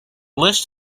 list